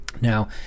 now